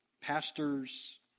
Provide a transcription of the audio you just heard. pastors